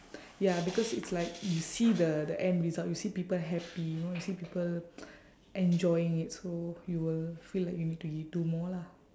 ya because it's like you see the the end result you see people happy you know you see people enjoying it so you will feel like you need to g~ do more lah